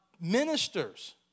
ministers